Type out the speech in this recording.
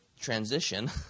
Transition